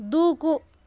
దూకు